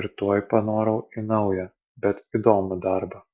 ir tuoj panorau į naują bet įdomų darbą